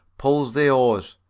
pulls the oars,